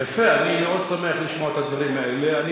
יפה, אני מאוד שמח לשמוע את הדברים האלה.